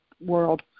world